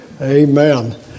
Amen